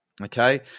Okay